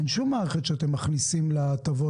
אין שום מערכת שאתם מכניסים להטבות,